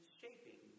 shaping